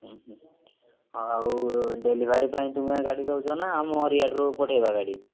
ଉଁ ହୁଁ ଆଉ ଡେଲିଭରି ପାଇଁ ତୁମେ ଗାଡ଼ି ଦୋଉଚ ନା ଆମରି ଏଠାରୁରୁ ପଠାଇବା ଗାଡ଼ି